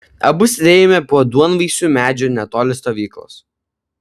abu sėdėjome po duonvaisiu medžiu netoli stovyklos